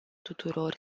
tuturor